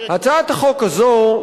הצעת החוק הזו,